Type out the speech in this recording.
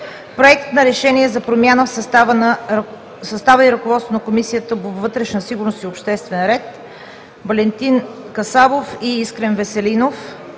Проект на решение за промяна в състава и ръководството на Комисията по вътрешна сигурност и обществен ред.